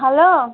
hello